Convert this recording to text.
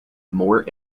more